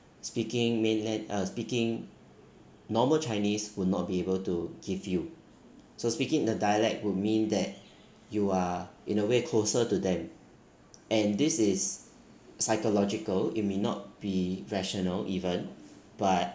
speaking mainland uh speaking normal chinese would not be able to give you so speaking in the dialect would mean that you are in a way closer to them and this is psychological it may not be rational even but